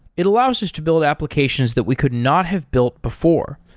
it allows us to build applications that we could not have built before,